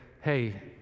hey